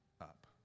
up